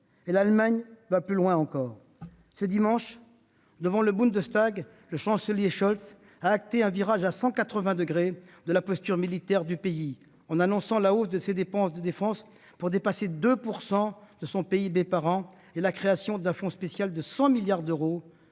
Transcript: L'Allemagne va plus loin encore : ce dimanche, devant le Bundestag, le chancelier Scholz a opéré un virage à 180 degrés dans la posture militaire du pays en annonçant une hausse des dépenses de défense, qui dépasseront 2 % de son PIB annuel, et la création d'un fonds spécial de 100 milliards d'euros